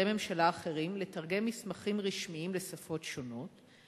ממשלה אחרים לתרגם מסמכים רשמיים לשפות שונות.